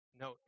no